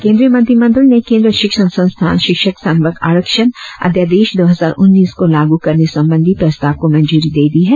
केंद्रीय मंत्रिमंडल ने केंद्रीय शिक्षण संस्थान शिक्षक संवर्ग आरक्षण अध्यादेश दो हजार उन्नीस को लागू करने संबंधी प्रस्ताव को मंजूरी दे दी है